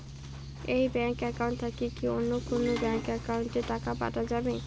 এই bank account থাকি কি অন্য কোনো ব্যাংক একাউন্ট এ কি টাকা পাঠা যাবে?